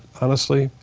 honestly,